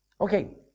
Okay